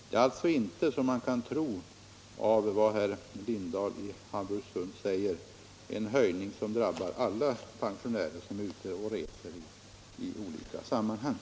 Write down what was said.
Detta är alltså inte, som man kunde tro av vad herr Lindahl sade, en höjning som drabbar alla pensionärer som är ute och reser i olika sammanhang.